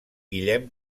guillem